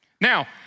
Now